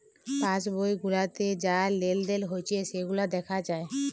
pass বই গুলাতে যা লেলদেল হচ্যে সেগুলা দ্যাখা যায়